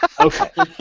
Okay